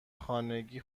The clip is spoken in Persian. خانگی